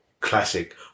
classic